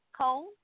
Cole